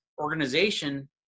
organization